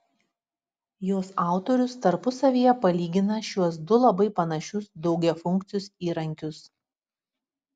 jos autorius tarpusavyje palygina šiuos du labai panašius daugiafunkcius įrankius